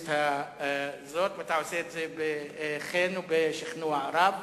לכנסת הזאת, ואתה עושה את זה בחן ובשכנוע רב.